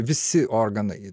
visi organai